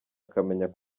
akamenya